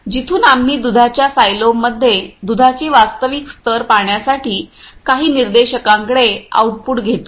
जिथून आम्ही दुधाच्या सायलोमध्ये दुधाचे वास्तविक स्तर पाहण्यासाठी काही निर्देशकांकडे आउटपुट घेतो